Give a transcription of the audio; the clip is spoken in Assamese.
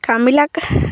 কামবিলাক